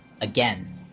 Again